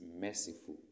merciful